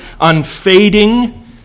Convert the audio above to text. unfading